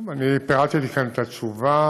טוב, אני פירטתי כאן את התשובה